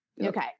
Okay